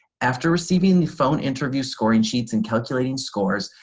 after receiving the phone interview scoring sheets and calculating scores,